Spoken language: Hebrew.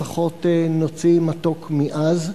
לפחות נוציא מתוק מעז,